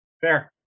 Fair